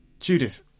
Judith